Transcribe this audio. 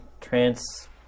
Trans